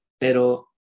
Pero